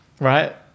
right